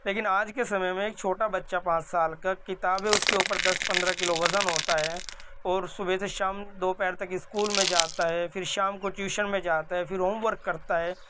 لیکن آج کے سمئے میں ایک چھوٹا بچہ پانچ سال کا کتابیں اس کے اوپر دس پندرہ کلو وزن ہوتا ہے اور صبح سے شام دوپہر تک اسکول میں جاتا ہے پھر شام کو ٹیوشن میں جاتا ہے پھر ہوم ورک کرتا ہے